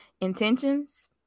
intentions